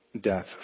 death